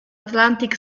atlantic